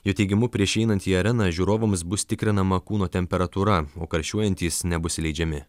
jo teigimu prieš įeinant į areną žiūrovams bus tikrinama kūno temperatūra o karščiuojantys nebus įleidžiami